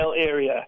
area